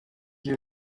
you